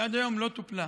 שעד היום לא טופלה.